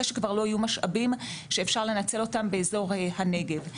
שכבר לא יהיו משאבים שאפשר לנצל באזור הנגב.